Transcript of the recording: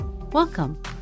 Welcome